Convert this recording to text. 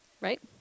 right